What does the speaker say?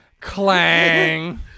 clang